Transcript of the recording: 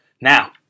Now